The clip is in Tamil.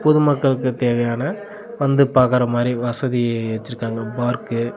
பொது மக்களுக்குத் தேவையான வந்து பார்க்குற மாதிரி வசதி வச்சிருக்காங்க பார்க்கு